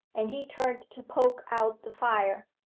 and he turned to poke out the fire.